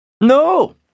No